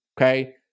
okay